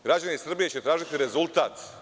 Građani Srbije će tražiti rezultat.